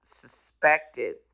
suspected